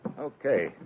Okay